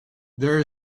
there